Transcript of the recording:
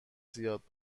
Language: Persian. زیاد